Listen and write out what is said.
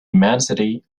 immensity